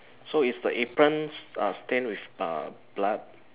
so is the apron s~ uh stained with uh blood